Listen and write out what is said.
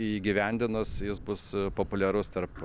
įgyvendinus jis bus populiarus tarp